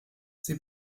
sie